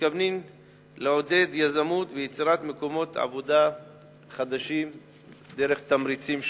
מתכוונים לעודד יזמות ויצירת מקומות עבודה חדשים בתמריצים שונים.